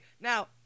now